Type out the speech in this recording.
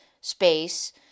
space